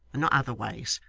and not otherways.